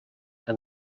and